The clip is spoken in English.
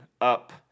Up